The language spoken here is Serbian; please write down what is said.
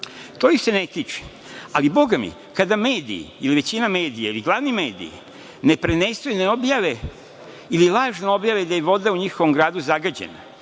To ih se ne tiče. Ali, Boga mi, kada mediji, ili većina medija, ili glavni mediji, ne prenesu i ne objave, ili lažno objave da je voda u njihovom gradu zagađena,